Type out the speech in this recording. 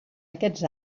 aquests